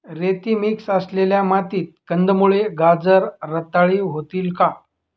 रेती मिक्स असलेल्या मातीत कंदमुळे, गाजर रताळी होतील का?